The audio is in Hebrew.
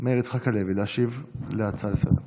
מאיר יצחק הלוי להשיב להצעה לסדר-היום.